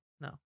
No